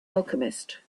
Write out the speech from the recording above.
alchemist